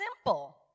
simple